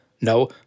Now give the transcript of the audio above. No